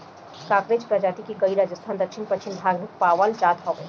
कांकरेज प्रजाति के गाई राजस्थान के दक्षिण पश्चिम भाग में पावल जात हवे